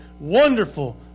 wonderful